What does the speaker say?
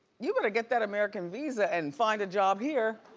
you better get that american visa and find a job here.